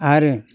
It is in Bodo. आरो